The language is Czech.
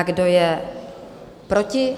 Kdo je proti?